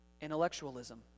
intellectualism